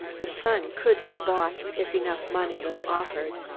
the sun could be bought, if enough money was offered.